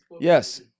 Yes